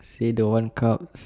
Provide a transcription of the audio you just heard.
say don't want carbs